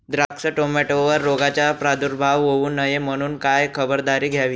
द्राक्ष, टोमॅटोवर रोगाचा प्रादुर्भाव होऊ नये म्हणून काय खबरदारी घ्यावी?